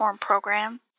program